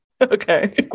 Okay